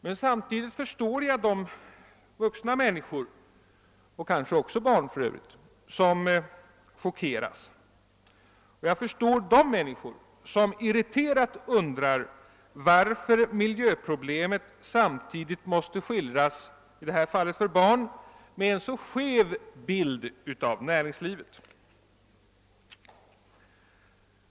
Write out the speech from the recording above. Men samtidigt förstår jag de vuxna människor, för övrigt kanske också barn, som chockeras, och jag förstår också dem som irriterat undrar varför miljöproblemet måste skildras — i detta fall för barn — så att det ges en så skev bild av näringslivet.